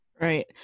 Right